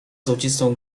złocistą